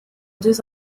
deux